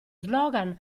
slogan